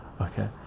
okay